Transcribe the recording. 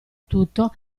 tutto